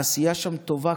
העשייה שם טובה.